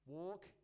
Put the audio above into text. walk